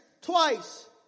twice